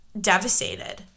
devastated